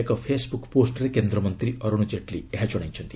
ଏକ ଫେସ୍ବୁକ୍ ପୋଷ୍ଟରେ କେନ୍ଦ୍ରମନ୍ତ୍ରୀ ଅରୁଣ ଜେଟ୍ଲୀ ଏହା ଜଣାଇଛନ୍ତି